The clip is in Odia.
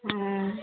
ହଁ